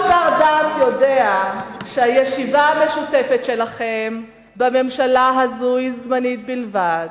כל בר-דעת יודע שהישיבה המשותפת שלכם בממשלה הזו היא זמנית בלבד.